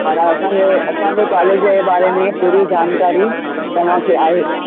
माना असांखे असांखे कॉलेज जे बारे में पूरी जानकारी तव्हांखे आहे